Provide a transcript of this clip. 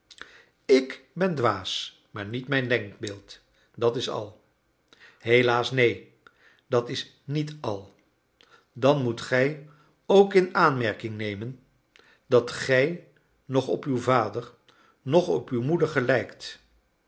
ik ben dwaas maar niet mijn denkbeeld dat is al helaas neen dat is niet al dan moet gij ook in aanmerking nemen dat gij noch op uw vader noch op uw moeder gelijkt